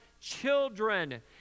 children